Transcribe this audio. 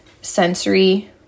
sensory